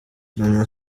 mama